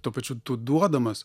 tuo pačiu tu duodamas